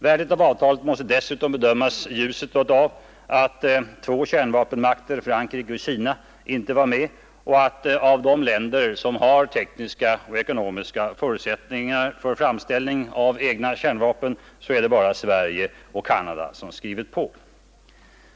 Värdet av avtalet måste dessutom bedömas i ljuset av att två av kärnvapenländerna, Frankrike och Kina, inte är med och att av de länder som har tekniska och ekonomiska förutsättningar för framställning av egna kärnvapen bara två, Sverige och Canada, har skrivit på.